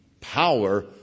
power